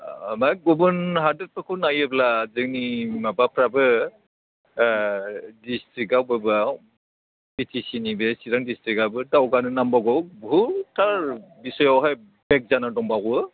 आमफाय गुबुन हादरफोरखौ नायोब्ला जोंनि माबाफ्राबो डिसट्रिकआव गोबाव बिटिसिनि बे चिरां डिसट्रिकआबो दावगानो नांबावगौ बुहुदथार बिसयआवहाय बेक जाना दंबावो